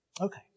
Okay